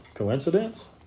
coincidence